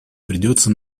придется